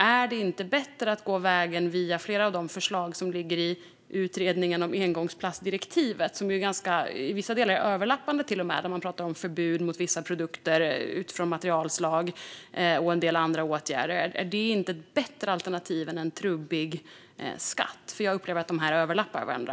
Är det inte bättre att gå vägen via flera av de förslag som ligger i utredningen om engångsplastdirektivet? I vissa delar är de överlappande i fråga om förbud mot produkter utifrån materialslag och en del andra åtgärder. Är det inte ett bättre alternativ än en trubbig skatt? Jag upplever att de delvis överlappar varandra.